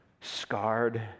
scarred